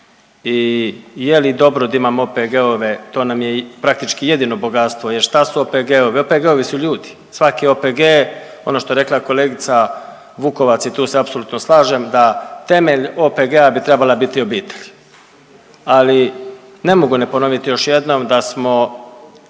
I je li dobro da imamo OPG-ove to nam je praktički jedino bogatstvo. Jel šta su OPG-ovi? OPG-ovi su ljudi, svaki OPG ono što je rekla kolegica Vukovac i tu se apsolutno slažem da temelj OPG-a bi trebala biti obitelj. Ali ne mogu ne ponovit još jednom da smo